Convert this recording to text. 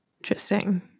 Interesting